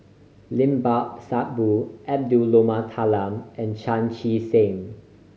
Limat Sabtu Edwy Lyonet Talma and Chan Chee Seng